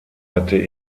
hatte